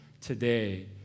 today